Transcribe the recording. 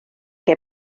qué